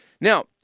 Now